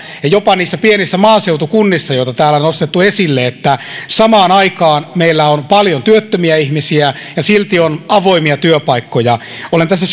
ja jopa niissä pienissä maaseutukunnissa joita täällä on nostettu esille että samaan aikaan meillä on paljon työttömiä ihmisiä ja silti on avoimia työpaikkoja olen tässä